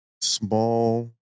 small